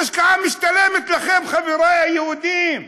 אז ההשקעה משתלמת לכם, חבריי היהודים,